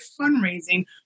Fundraising